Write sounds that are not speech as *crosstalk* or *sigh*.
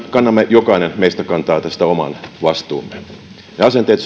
jokainen meistä kantaa tästä oman vastuunsa ne asenteet *unintelligible*